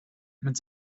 mit